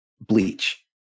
bleach